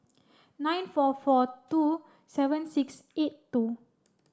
nine four four two seven six eight two